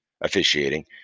officiating